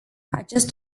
acest